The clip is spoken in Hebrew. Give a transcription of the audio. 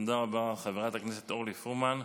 תודה רבה, חברת הכנסת אורלי פרומן.